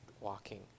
walking